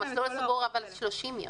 המסלול הסגור הוא 30 יום.